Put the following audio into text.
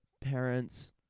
parents